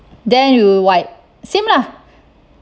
then you wipe same lah